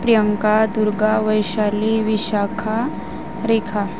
Priyanka Durga Vaishali Vishakha Rekha